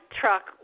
truck